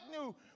new